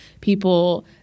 people